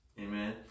amen